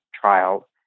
trial